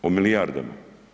O milijardama.